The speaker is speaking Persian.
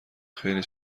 خیلی